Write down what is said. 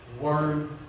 word